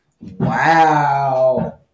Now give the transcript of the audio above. Wow